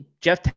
Jeff